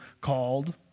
called